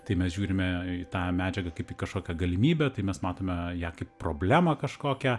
tai mes žiūrime į tą medžiagą kaip į kažkokią galimybę tai mes matome ją kaip problemą kažkokią